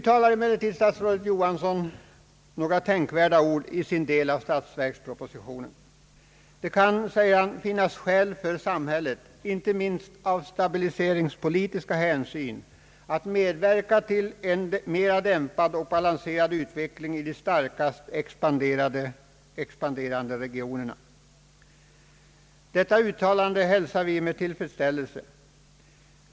Dåvarande statsrådet Johansson uttalar emellertid några tänkvärda ord i sin del av statsverkspropositionen: »Det kan finnas skäl för samhället — inte minst av stabiliseringspolitiska hänsyn — att medverka till en mera dämpad och balanserad utveckling i de starkast expanderade regionerna.» Detta uttalande hälsar vi med tillfredsställelse.